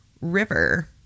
River